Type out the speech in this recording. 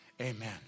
amen